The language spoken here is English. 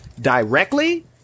directly